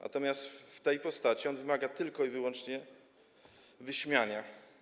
Natomiast w tej postaci on wymaga tylko i wyłącznie wyśmiania.